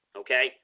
okay